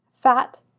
fat